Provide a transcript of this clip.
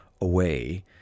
away